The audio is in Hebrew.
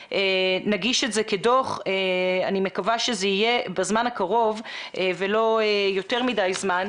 נגיש את זה כדוח ואני מקווה שזה יהיה בזמן הקרוב ולא יארך יותר מדי זמן.